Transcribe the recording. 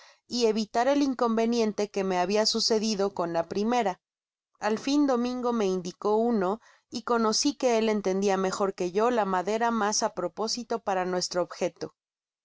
y evitar el inconveniente que me habia sucedido con la primera al fin domingo me indicó una y conoci que él entendia mejor que yo la madera mas á propósito para nuestro objeto